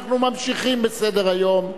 אנחנו ממשיכים בסדר-היום,